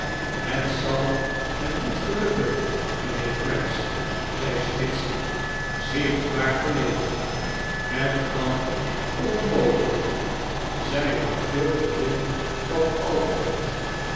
het zal hem niet gelukken mijnheer oraggst zei snitchey zichtfoaar verlegen het kan oninogelijk zij houdt veel te veel van alfred